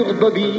Bobby